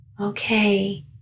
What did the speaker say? Okay